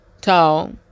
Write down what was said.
tall